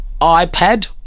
iPad